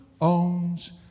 owns